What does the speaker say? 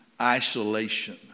isolation